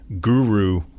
guru